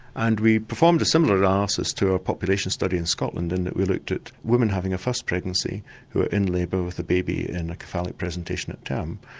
and we performed a similar analysis to our population study in scotland, and we looked at women having a first pregnancy who were in labour with the baby in a cephalic presentation at term,